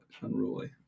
unruly